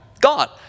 God